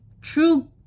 true